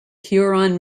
huron